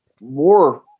more